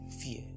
fear